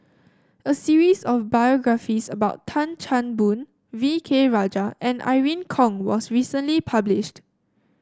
a series of biographies about Tan Chan Boon V K Rajah and Irene Khong was recently published